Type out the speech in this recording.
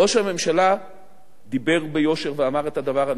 ראש הממשלה דיבר ביושר ואמר את הדבר הנכון: